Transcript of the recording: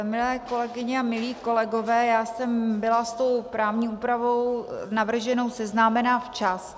Milé kolegyně a milí kolegové, já jsem byla s tou právní úpravou navrženou seznámena včas.